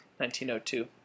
1902